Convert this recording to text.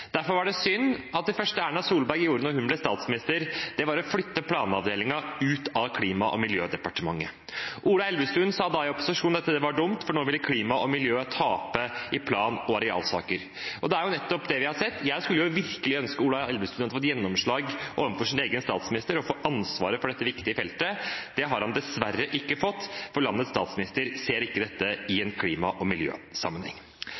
Derfor var det synd at det første Erna Solberg gjorde da hun ble statsminister, var å flytte planavdelingen ut av Klima- og miljødepartementet. Ola Elvestuen sa da – i opposisjon – at det var dumt, for nå ville klima og miljø tape i plan- og arealsaker. Og det er nettopp det vi har sett. Jeg skulle virkelig ønske Ola Elvestuen hadde fått gjennomslag hos egen statsminister og fått ansvaret for dette viktige feltet. Det har han dessverre ikke fått, for landets statsminister ser ikke dette i